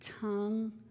tongue